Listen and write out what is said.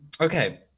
Okay